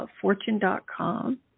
fortune.com